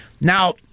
Now